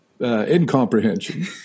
incomprehension